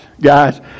guys